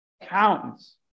accountants